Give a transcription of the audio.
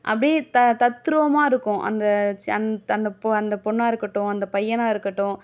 அப்படியே த தத்ரூவமாக இருக்கும் அந்த ச் அந் அந்த பொ அந்த பொண்ணாக இருக்கட்டும் அந்த பையனாக இருக்கட்டும்